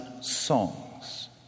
songs